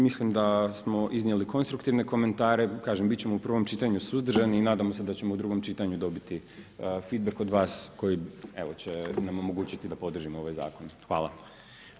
Mislim da smo iznijeli konstruktivne komentare, kažem bit ćemo u prvom čitanju suzdržani i nadamo se da ćemo u drugom čitanju dobiti feedback od vas koji će nam omogućiti da podržimo ovaj zakon.